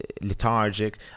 lethargic